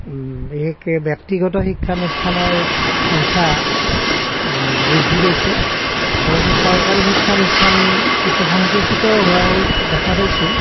বিশেষকৈ ব্যক্তিগত শিক্ষানুষ্ঠানৰ সংখ্যা বৃদ্ধি পাইছে অৱশ্যে চৰকাৰী শিক্ষানুষ্ঠান কিছু সংকুচিত হোৱাও দেখা পাইছোঁ